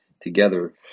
together